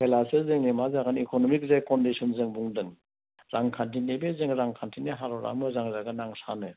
अब्लासो जोंनि मा जागोन इक'न'मिक जा कन्दिस'न जों बुंदों रांखान्थिनि बे जों रांखान्थिनि हालोदा मोजां जागोन आं सानो